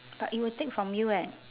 but it will take from you eh